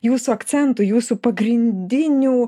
jūsų akcentų jūsų pagrindinių